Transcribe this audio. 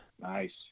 Nice